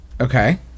Okay